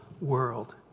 world